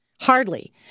Hardly